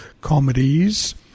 comedies